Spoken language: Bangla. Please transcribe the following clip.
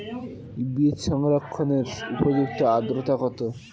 বীজ সংরক্ষণের উপযুক্ত আদ্রতা কত?